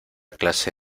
clase